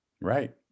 Right